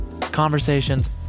conversations